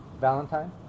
valentine